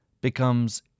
becomes